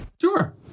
Sure